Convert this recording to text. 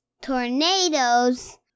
tornadoes